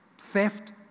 Theft